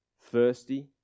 Thirsty